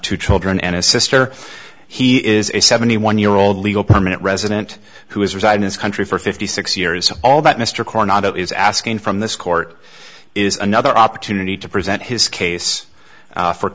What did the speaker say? two children and a sister he is a seventy one year old legal permanent resident who has reside in his country for fifty six years all that mr cor not is asking from this court is another opportunity to present his case